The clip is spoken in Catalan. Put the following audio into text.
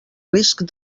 risc